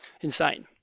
insane